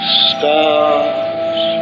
stars